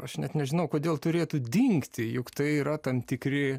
aš net nežinau kodėl turėtų dingti juk tai yra tam tikri